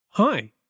Hi